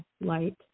light